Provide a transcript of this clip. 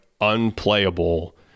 unplayable